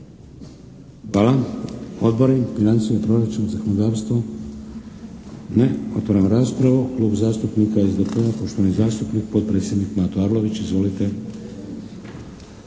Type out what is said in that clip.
Hvala. Odbori, financijski proračun, zakonodavstvo? Ne. Otvaram raspravu. Klub zastupnika SDP-a poštovani zastupnik, potpredsjednik Mato Arlović. Izvolite.